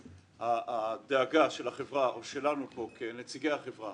הדאגה של החברה ושלנו כנציגי החברה